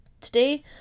Today